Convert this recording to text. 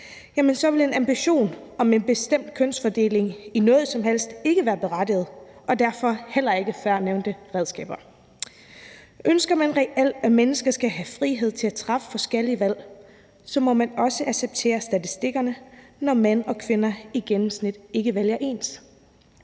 så vil en ambition om en bestemt kønsfordeling i noget som helst ikke være berettiget og derfor heller ikke førnævnte redskaber. Ønsker man reelt, at mennesker skal have frihed til at træffe forskellige valg, må man også acceptere statistikkerne, når mænd og kvinder i gennemsnit ikke vælger ens.